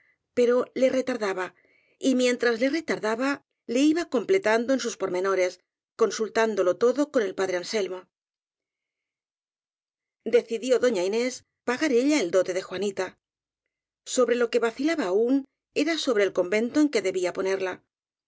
pero le retardaba y mientras le retardaba le iba completando en sus pormenores consultándolo todo con el padre anselmo decidió doña inés pagar ella el dote de juanita sobre lo que vacilaba aún era sobre el convento en que debía ponerla